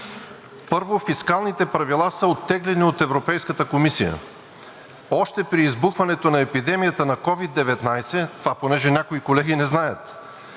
Първо, фискалните правила са оттеглени от Европейската комисия. Още при избухването на епидемията на COVID-19 – това, понеже някои колеги не знаят,